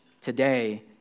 today